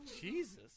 Jesus